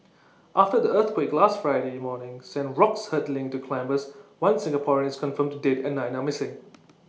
after the earthquake last Friday morning sent rocks hurtling into climbers one Singaporean is confirmed dead and nine are missing